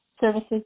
Services